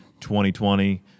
2020